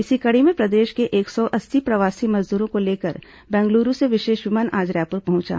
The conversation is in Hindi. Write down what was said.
इसी कड़ी में प्रदेश के एक सौ अस्सी प्रवासी मजदूरों को लेकर बैंगलूरू से विशेष विमान आज रायपुर पहुंचा